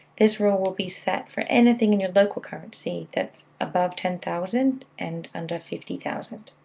this rule will be set for anything in your local currency that's above ten thousand and under fifty thousand.